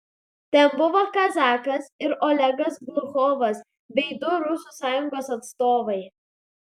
ten buvo kazakas ir olegas gluchovas bei du rusų sąjungos atstovai